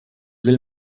del